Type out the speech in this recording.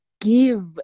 give